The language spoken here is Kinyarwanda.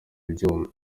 byuma